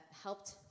helped